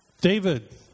David